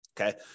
Okay